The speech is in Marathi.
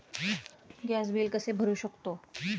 गॅस बिल कसे भरू शकतो?